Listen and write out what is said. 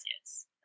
yes